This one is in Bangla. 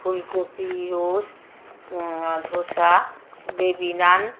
ফুলকপি রোস্ট ধোসা বেবি নান